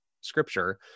scripture